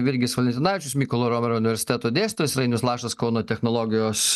virgis valentinavičius mykolo romerio universiteto dėstytojas ir ainius lašas kauno technologijos